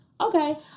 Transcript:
Okay